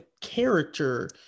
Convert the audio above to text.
character